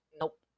Nope